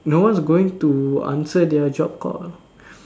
no one's going to answer their job call lor